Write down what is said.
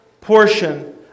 portion